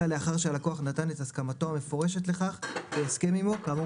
אלא לאחר שהלקוח נתן את הסכמתו המפורשת לכך בהסכם עמו כאמור